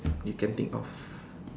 you can think of